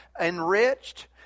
enriched